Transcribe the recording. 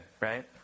right